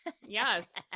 Yes